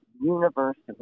universally